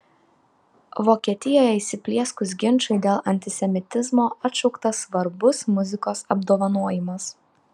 vokietijoje įsiplieskus ginčui dėl antisemitizmo atšauktas svarbus muzikos apdovanojimas